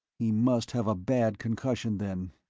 he must have a bad concussion then.